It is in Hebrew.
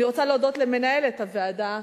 אני רוצה להודות למנהלת הוועדה,